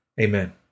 Amen